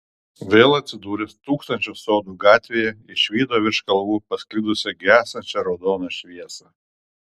vėl atsidūręs tūkstančio sodų gatvėje išvydo virš kalvų pasklidusią gęstančią raudoną šviesą